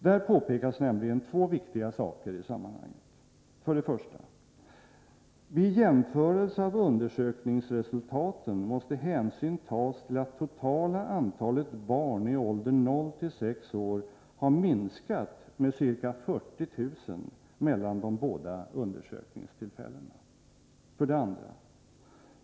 Där påpekas nämligen två viktiga saker i sammanhanget: 1. Vid jämförelse av undersökningsresultaten måste hänsyn tas till att totala antalet barn i åldern 0-6 år har minskat med ca 40 000 mellan de båda undersökningstillfällena. 2.